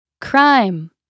crime